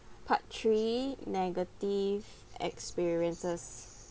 part three negative experiences